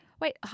Wait